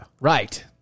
Right